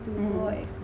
mm